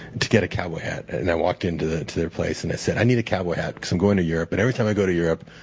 to get a cowboy hat. and i walked into their place and i said i need a cowboy hat because i'm going to europe, and every time i go to europe,